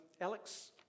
Alex